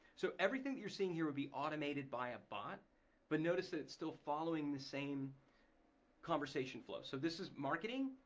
so everything that you're seeing here would be automated by a bot but notice that it's still following the same conversation flow. so this is marketing,